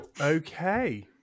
Okay